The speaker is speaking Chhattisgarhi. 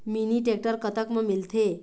मिनी टेक्टर कतक म मिलथे?